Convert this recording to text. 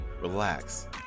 Relax